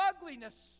ugliness